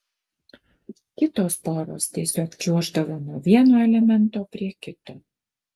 kitos poros tiesiog čiuoždavo nuo vieno elemento prie kito